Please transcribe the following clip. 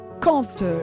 Quand